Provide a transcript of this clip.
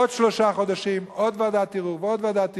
עוד שלושה חודשים עוד ועדת ערעור ועוד ועדת ערעור.